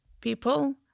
people